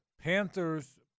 Panthers